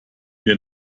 wir